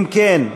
אם כן,